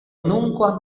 nunquam